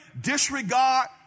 disregard